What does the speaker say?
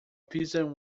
piston